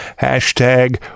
hashtag